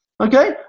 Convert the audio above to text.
Okay